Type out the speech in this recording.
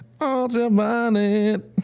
Ultraviolet